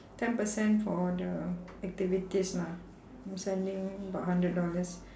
ten percent for the activities lah I'm sending about hundred dollars